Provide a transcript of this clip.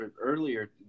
earlier